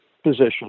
position